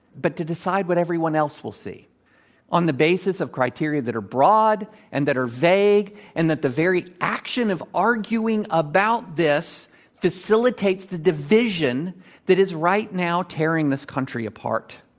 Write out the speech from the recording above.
but to decide what everyone else will see on the basis of criteria that are broad and that are vague and that the very action of arguing about this facilitates the division that is right now tearing this country apart.